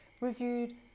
reviewed